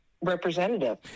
representative